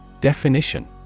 Definition